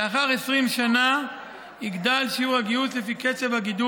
לאחר עשר שנים ובמשך עשר שנים נוספות יגדלו היעדים לפי הגידול